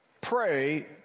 pray